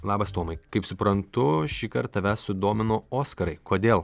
labas tomai kaip suprantu šįkart tave sudomino oskarai kodėl